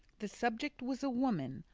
the subject was a woman,